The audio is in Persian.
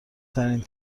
ترین